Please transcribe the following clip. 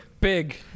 big